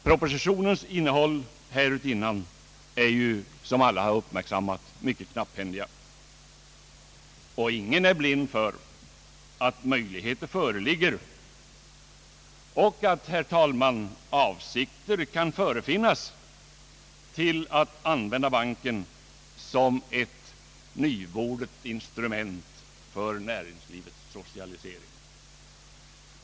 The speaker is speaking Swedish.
Propositionens innehåll härutinnan är ju — som alla uppmärksammat — mycket knapphändigt, och ingen är blind för att möjligheter föreligger och att, herr talman, avsikter kan förefinnas att använda banken som ett nyvordet instrument för näringslivets socialisering.